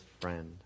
friend